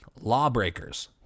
lawbreakers